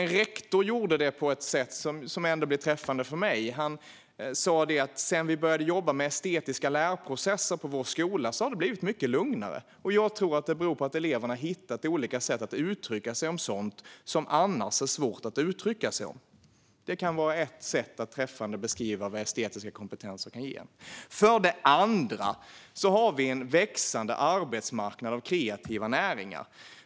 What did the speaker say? En rektor gjorde det på ett sätt som var träffande för mig. Han sa: Sedan vi började jobba med estetiska lärprocesser på vår skola har det blivit mycket lugnare. Jag tror att det beror på att eleverna har hittat olika sätt att uttrycka sig om sådant som annars är svårt att uttrycka sig om. Detta kan vara ett sätt att träffande beskriva vad estetiska kompetenser kan ge. För det andra har vi en växande arbetsmarknad för kreativa näringar.